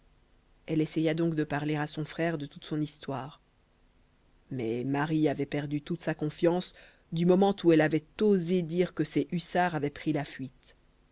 elle essaya donc de parler à son frère de toute son histoire mais marie avait perdu toute sa confiance du moment où elle avait osé dire que ses hussards avaient pris la fuite